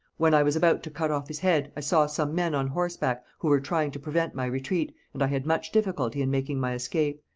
when i was about to cut off his head, i saw some men on horseback, who were trying to prevent my retreat, and i had much difficulty in making my escape.